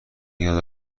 نیاز